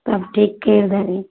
तब ठीक करि देबै